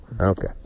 Okay